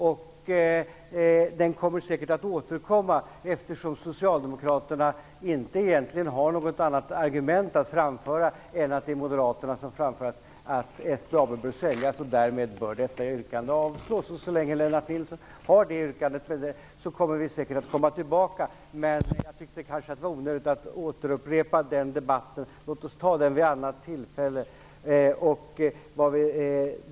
Den återkommer säkert eftersom socialdemokraterna egentligen inte har något annat argument att framföra än att eftersom det är moderaterna som föreslår att SBAB bör säljas bör detta yrkande avslås. Så länge Lennart Nilsson har det yrkandet kommer vi säkert tillbaka. Men jag tyckte det var onödigt att upprepa den debatten nu. Låt oss ta den vid ett annat tillfälle.